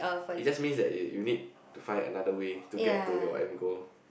it just means that you you need to find another way to get to your end goal